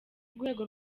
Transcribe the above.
rwego